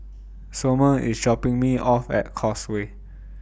Sommer IS dropping Me off At Causeway